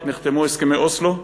עת נחתמו הסכמי אוסלו,